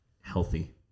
healthy